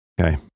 okay